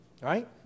Right